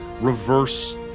reverse